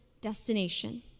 destination